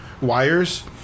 wires